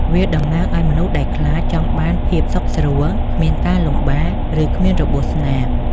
វាតំណាងឲ្យមនុស្សដែលខ្លាច ចង់បានភាពសុខស្រួល គ្មានការលំបាក ឬ គ្មានរបួសស្នាម។